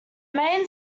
main